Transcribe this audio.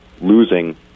losing